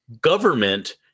government